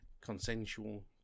consensual